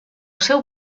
seu